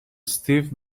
stiff